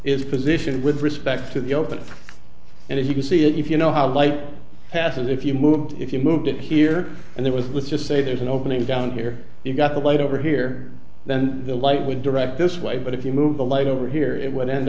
is positioned with respect to the open and if you can see it if you know how light passes if you moved if you moved it here and there was this just say there's an opening down here you've got the light over here then the light would direct this way but if you move the light over here it would end